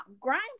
Grind